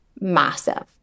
massive